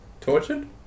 Tortured